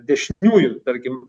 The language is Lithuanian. dešiniųjų tarkim